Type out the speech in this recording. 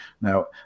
Now